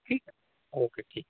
ठीक ओके ठीक